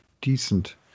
decent